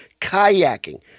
kayaking